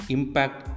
Impact